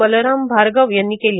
बलराम भार्गव यांनी केली